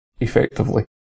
effectively